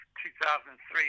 2003